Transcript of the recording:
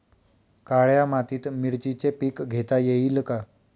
काळ्या मातीत मिरचीचे पीक घेता येईल का?